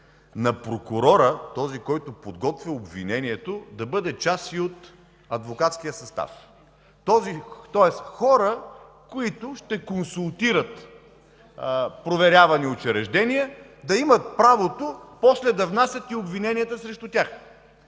на прокурора – този, който подготвя обвинението, да бъде част и от адвокатския състав. Тоест хора, които ще консултират проверявани учреждения, да имат правото после да внасят и обвиненията срещу тях.